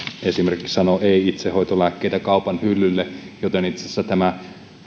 esimerkiksi että ei itsehoitolääkkeitä kaupan hyllylle joten itse asiassa tämä